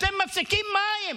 אתם מפסיקים מים,